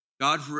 God